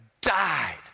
died